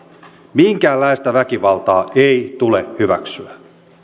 minkäänlaista väkivaltaa ei tule hyväksyä